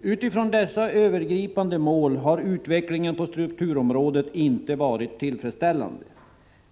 I förhållande till dessa övergripande mål har utvecklingen på strukturområdet inte varit tillfredsställande.